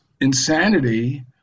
insanity